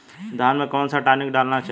धान में कौन सा टॉनिक डालना चाहिए?